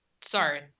sorry